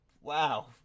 Wow